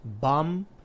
bum